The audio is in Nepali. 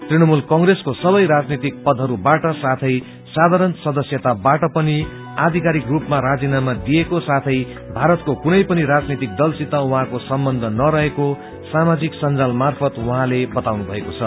तृणमूल कंग्रेस सबै राजनीतिक पदहरूबाट साथै साथारण सदस्यता बाट पनि आधिकारिक रूपमा राजीनामा दिएको साथै भारतको कुनै राजनीतिक दलसित उहाँको सम्बन्ध नरहेको सामाजिक संजाल मार्फत उहाँले बताउनु भएको छ